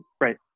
Right